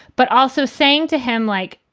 but also saying to him, like,